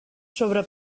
sobre